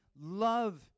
love